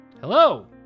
hello